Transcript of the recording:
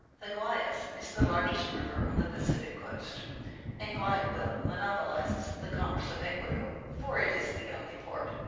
the guayas is the largest river on the pacific coast and guayaquil monopolizes the commerce of ecuador, for it is the only port.